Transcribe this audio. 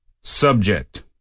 subject